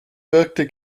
wirkte